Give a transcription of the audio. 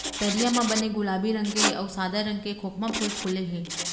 तरिया म बने गुलाबी रंग के अउ सादा रंग के खोखमा फूल फूले हे